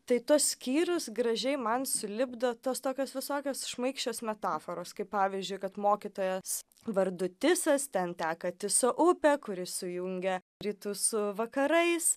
tai tuos skyrius gražiai man sulipdo tos tokios visokios šmaikščios metaforos kaip pavyzdžiui kad mokytojas vardu tisas ten teka tiso upė kuri sujungia rytus su vakarais